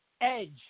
Edge